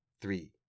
three